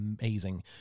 amazing